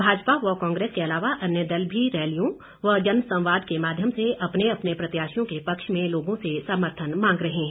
भाजपा व कांग्रेस के अलावा अन्य दल भी रैलियों व जनसंवाद के माध्यम से अपने अपने प्रत्याशियों के पक्ष में लोगों से समर्थन मांग रहे हैं